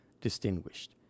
distinguished